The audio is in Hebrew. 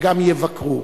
וגם יבקרו.